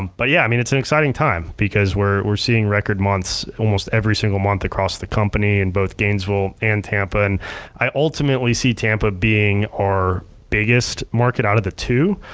but yeah, i mean it's an exciting time because we're seeing record months almost every single month across the company in both gainesville and tampa, and i ultimately seeing tampa being our biggest market out of the two,